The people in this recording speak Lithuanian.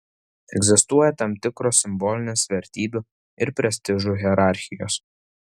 egzistuoja tam tikros simbolinės vertybių ir prestižų hierarchijos